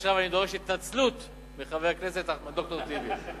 עכשיו אני דורש התנצלות מחבר הכנסת ד"ר טיבי.